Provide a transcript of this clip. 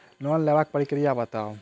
Loan लेबाक प्रक्रिया बताऊ?